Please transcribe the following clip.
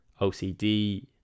OCD